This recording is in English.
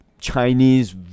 Chinese